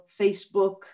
Facebook